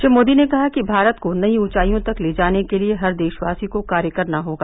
श्री मोदी ने कहा कि भारत को नई उंचाईयों तक ले जाने के लिए हर देशवासी को कार्य करना होगा